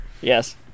Yes